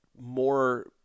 more